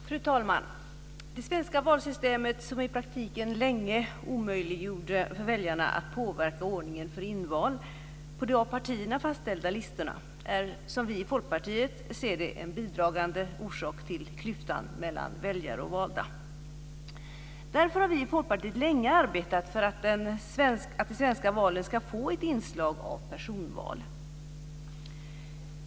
Fru talman! Det svenska valsystemet, som i praktiken länge omöjliggjorde för väljarna att påverka ordningen för inval på de av partierna fastställda listorna, är, som vi i Folkpartiet ser det, en bidragande orsak till klyftan mellan väljare och valda. Folkpartiet har därför länge arbetat för att de svenska valen ska få ett inslag av personval.